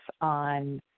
on